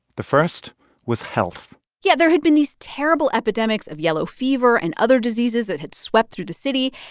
the first was health yeah. there had been these terrible epidemics of yellow fever and other diseases that had swept through the city.